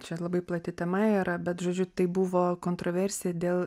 čia labai plati tema yra bet žodžiu tai buvo kontroversija dėl